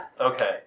Okay